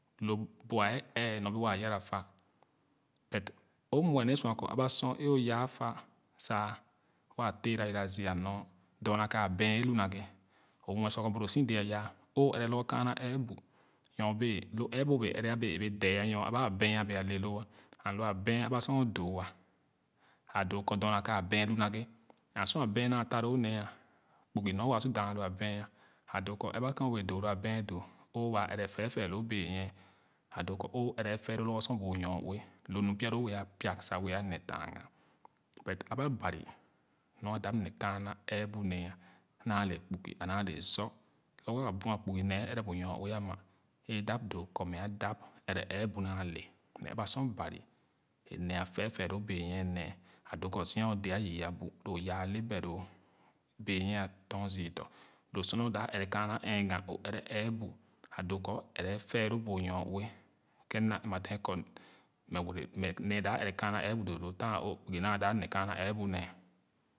Lo bua ɛɛ nyo bee waa yara fa but o muɛ ne sua kɔ aba sor e o yaa fa sa waa tera yara zü a nɔɔ dorna ka abɛɛn e lu naghe o muɛ kɔ bu lo so dee aya o ɛrɛ lorgor kaana ɛɛbu nyo bee loo ɛɛbu o bee ɛrɛ bee ale loo and lo abɛɛn aba sor o uooah a doo kɔ dorna ka abɛɛn lu naghe kpaa sor a bɛɛn naa ta lo nee kpugo nor wa sua daa abɛɛn doo kɔ ɛrɛ ken o wɛɛ doo lo a bɛɛn doo o waa ɛrɛ fɛɛfɛɛ loo benyie a doo kɔ o ɛrɛ efɛɛloo lorgor sor bu o nyoue lo nu bia loo bee a piag sa wɛɛ nee tanga but mba barri nɔa dap nee kaana ɛɛbu nee naale kpugi naa le zor lorgor a bua kpugi naa le zor lorgor a bua kpugu nee e ɛrɛ bu nyoue ama i dae doo kɔ mce dap ɛrɛ ɛɛbu naa le mɛ aba sor bari e me ah ɛfɛɛfɛɛ loo benyile nee a doo kɔ zia o de a yü abu lo o yaa le beloo benyie tɔn zü dɔ lo sor o dap ɛrɛ kaana ɛɛga o ɛrɛ ɛɛbu a doo kɔ o ɛrɛ efɛɛloo bu o nyoue ken mna ɛmma dee kɔ mɛ wɛrɛ nee dap ɛrɛ kaana ɛɛbu doo lo tan kpugi naa dap nee kaana ɛɛbu nee.